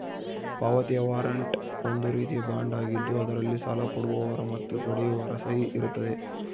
ಪಾವತಿಯ ವಾರಂಟ್ ಒಂದು ರೀತಿಯ ಬಾಂಡ್ ಆಗಿದ್ದು ಅದರಲ್ಲಿ ಸಾಲ ಕೊಡುವವರ ಮತ್ತು ಪಡೆಯುವವರ ಸಹಿ ಇರುತ್ತದೆ